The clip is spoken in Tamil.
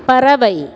பறவை